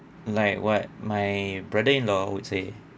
like what my brother in law would say